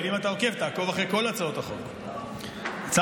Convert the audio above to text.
הבאתי הרבה הצעות חוק, מיקי לוי.